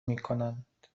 میکنند